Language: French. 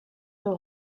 ont